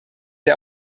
der